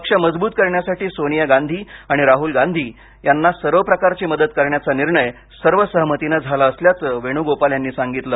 पक्ष मजबूत करण्यासाठी सोनिया गांधी आणि राहुल गांधी यांना सर्व प्रकारची मदत करण्याचा निर्णय सर सहमतीनं झाला असल्याचं वेणुगोपाल यांनी सांगितलं